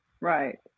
Right